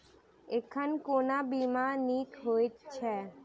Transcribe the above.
एखन कोना बीमा नीक हएत छै?